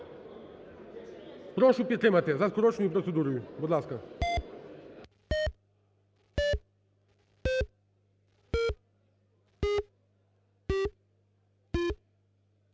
Прошу підтримати за скороченою процедурою, будь ласка.